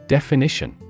Definition